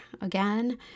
again